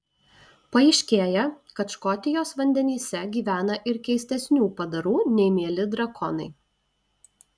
paaiškėja kad škotijos vandenyse gyvena ir keistesnių padarų nei mieli drakonai